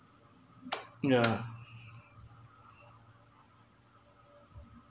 yeah